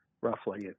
roughly